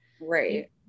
right